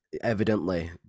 evidently